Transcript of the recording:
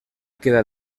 queda